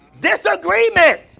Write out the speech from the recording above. disagreement